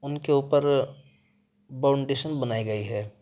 ان کے اوپر باؤنڈیشن بنائی گئی ہے